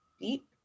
deep